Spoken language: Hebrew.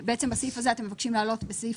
בסעיף הזה אתם מבקשים להעלות בסעיף